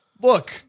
Look